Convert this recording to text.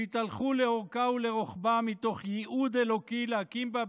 שהתהלכו לאורכה ולרוחבה מתוך ייעוד אלוקי להקים בה,